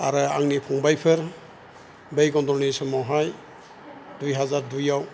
आरो आंनि फंबायफोर बै गन्दगलनि समावहाय दुइ हाजार दुइआव